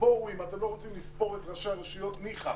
אם אתם לא רוצים לספור את ראשי הרשויות, ניחא,